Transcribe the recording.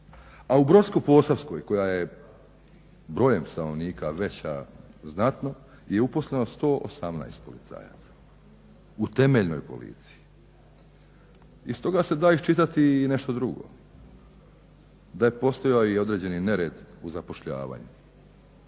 a u Brodsko-posavskoj koja je brojem stanovnika veća znatno je uposleno 118 policajaca u temeljnoj policiji. Iz toga se da iščitati i nešto drugo, da je postojao i određeni nered u zapošljavanju